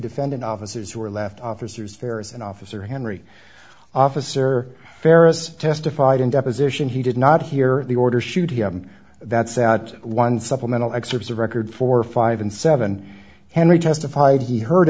defendant officers who are left officers there is an officer henry officer farris testified in deposition he did not hear the order shoot him that's out one supplemental excerpts of record four five and seven henry testified he heard